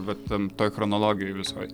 vat tam toj chronologijoj visoj